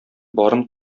барын